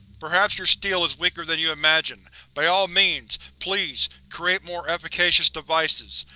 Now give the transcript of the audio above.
perhaps your steel is weaker than you imagine! by all means, please, create more efficacious devices!